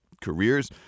careers